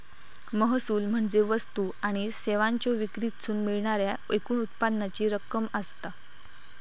महसूल म्हणजे वस्तू आणि सेवांच्यो विक्रीतसून मिळणाऱ्या एकूण उत्पन्नाची रक्कम असता